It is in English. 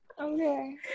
Okay